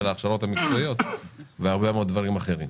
ההכשרות המקצועיות והרבה מאוד דברים אחרים.